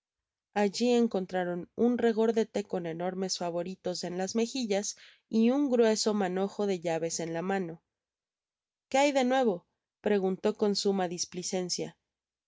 alli encontraron un regordete con enormes favoritos en las megillas y un grueso nianojo de llaves en lá mano que hay de nuevo preguntó con suma displicencia